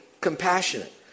compassionate